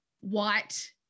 white